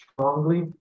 strongly